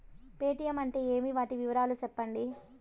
Paytm అంటే ఏమి, వాటి వివరాలు సెప్పండి?